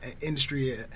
industry